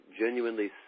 genuinely